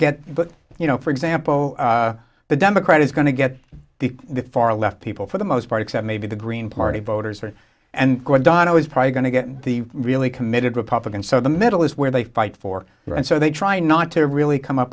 get but you know for example the democrat is going to get the far left people for the most part except maybe the green party voters are and donna is probably going to get the really committed republican so the middle is where they fight for her and so they try not to really come up